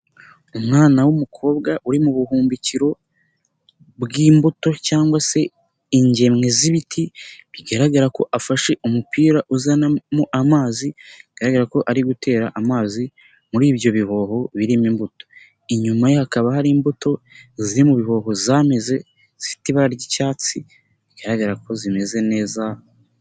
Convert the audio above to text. Umwana w'umukobwa uri mu buhumbikiro bw'imbuto cyangwa se ingemwe z'ibiti, bigaragara ko afashe umupira uzanamo amazi, bigaragara ko ari gutera amazi muri ibyo bihoho birimo imbuto, inyuma ye hakaba hari imbuto ziri mu bihobo zameze zifite ibara ry'icyatsi, bigaragara ko zimeze neza.